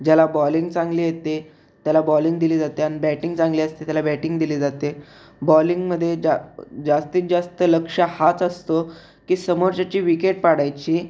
ज्याला बॉलिंग चांगली येते त्याला बॉलिंग दिली जाते आणि बॅटिंग चांगली असते त्याला बॅटिंग दिली जाते बॉलिंगमध्ये जा जास्तीत जास्त लक्ष्य हाच असतो की समोरच्याची विकेट पाडायची